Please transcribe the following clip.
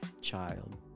child